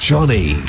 Johnny